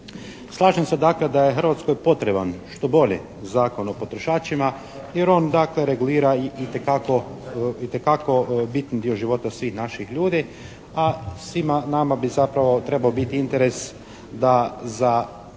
Slažem se dakle da je Hrvatskoj potreban što bolji Zakon o potrošačima jer on dakle regulira itekako bitni dio života svih naših ljudi, a svima nama bi zapravo trebao interes da za